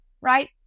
right